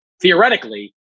theoretically